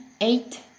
eight